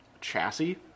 chassis